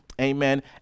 amen